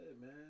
Man